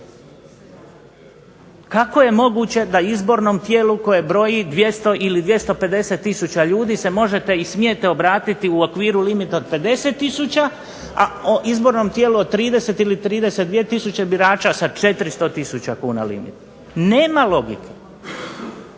Kako je moguće da izbornom tijelu koje broji 200 ili 250 tisuća ljudi se možete i smijete obratiti u okviru limita od 50 tisuća, a izbornom tijelu od 30 ili 32 tisuće birača sa 400 tisuća kuna limita? Nema logike.